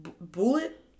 Bullet